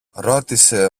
ρώτησε